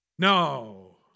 No